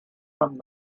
from